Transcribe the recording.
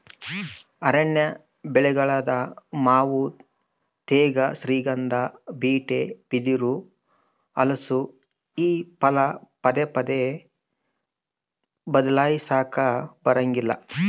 ಅರಣ್ಯ ಬೆಳೆಗಳಾದ ಮಾವು ತೇಗ, ಶ್ರೀಗಂಧ, ಬೀಟೆ, ಬಿದಿರು, ಹಲಸು ಈ ಫಲ ಪದೇ ಪದೇ ಬದ್ಲಾಯಿಸಾಕಾ ಬರಂಗಿಲ್ಲ